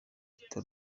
tito